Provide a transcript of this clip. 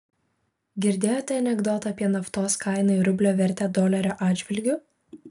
girdėjote anekdotą apie naftos kainą ir rublio vertę dolerio atžvilgiu